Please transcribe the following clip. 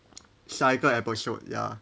下一个 episode ya